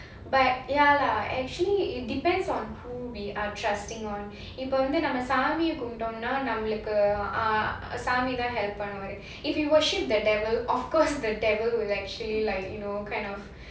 but ya lah actually it depends on who we are trusting on இப்போ வந்து சாமிய கும்பிட்டோம்னா நம்மளுக்கு: ippo vandhu samiya kumbitomnaa nammalukku samidha ah சாமிதா:samithaa help பண்ணும்:pannum if you worship the devil of course the devil will actually like you know kind of